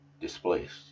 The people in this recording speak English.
displaced